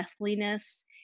deathliness